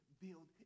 build